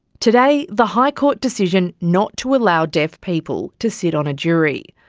today, the high court decision not to allow deaf people to sit on a jury.